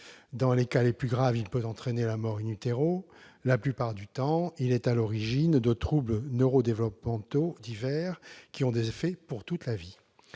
Dans les cas les plus graves, il peut entraîner la mort ; la plupart du temps, il est à l'origine de troubles neuro-développementaux divers, qui ont des effets pendant toute la vie.